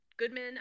Goodman